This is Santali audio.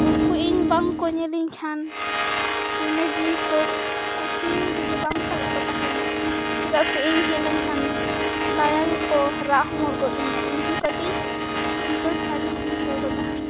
ᱩᱱᱠᱩ ᱤᱧ ᱵᱟᱝᱠᱚ ᱧᱮᱞᱤᱧ ᱠᱷᱟᱱ ᱢᱚᱱᱮ ᱡᱤᱣᱤ ᱠᱚ ᱠᱩᱥᱤ ᱨᱮᱜᱮ ᱵᱟᱝ ᱯᱟᱞᱮᱡ ᱠᱚ ᱛᱟᱦᱮᱱᱟ ᱪᱮᱫᱟᱜ ᱥᱮ ᱤᱧ ᱦᱮᱡ ᱞᱮᱱᱠᱷᱟᱱ ᱫᱟᱭᱟ ᱜᱮᱠᱚ ᱨᱟᱜ ᱦᱚᱢᱚᱨ ᱜᱚᱫ ᱟᱹᱧᱟᱹ ᱤᱧᱦᱚᱸ ᱠᱟᱹᱴᱤᱡ ᱪᱤᱱᱛᱟᱹ ᱫᱷᱟᱨᱟᱜᱮᱧ ᱵᱩᱡᱷᱟᱹᱣ ᱜᱚᱫᱟ